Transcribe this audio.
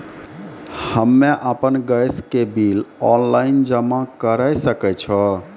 हम्मे आपन गैस के बिल ऑनलाइन जमा करै सकै छौ?